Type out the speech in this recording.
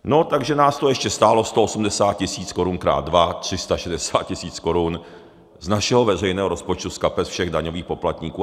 No, takže nás to ještě stálo 180 tisíc korun krát dva, 360 tisíc korun z našeho veřejného rozpočtu z kapes všech daňových poplatníků.